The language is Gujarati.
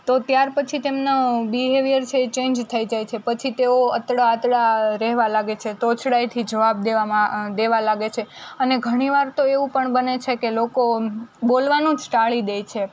તો ત્યાર પછી તેમનો બિહેવીયર છે એ ચેન્જ થઈ જાય છે પછી તેઓ અતડા અતડા રહેવા લાગે છે તોછડાઈથી જવાબ દેવામાં દેવા લાગે છે અને ઘણીવાર તો એવું પણ બને છે કે લોકો બોલવાનું જ ટાળી દે છે